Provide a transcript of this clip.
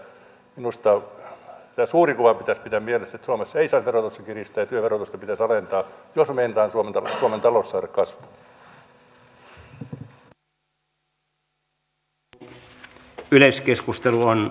minusta tämä suuri kuva pitäisi pitää mielessä että suomessa ei saa verotusta kiristää ja työn verotusta pitäisi alentaa jos me meinaamme suomen talouden saada kasvuun